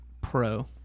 pro